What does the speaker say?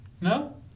no